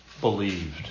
believed